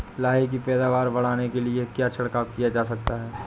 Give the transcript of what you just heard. लाही की पैदावार बढ़ाने के लिए क्या छिड़काव किया जा सकता है?